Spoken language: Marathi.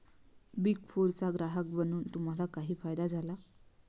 बिग फोरचा ग्राहक बनून तुम्हाला काही फायदा झाला?